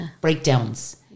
breakdowns